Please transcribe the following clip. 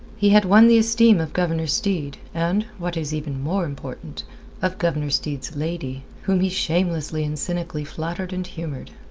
he had won the esteem of governor steed, and what is even more important of governor steed's lady, whom he shamelessly and cynically flattered and humoured.